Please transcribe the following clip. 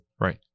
Right